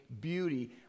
beauty